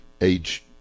age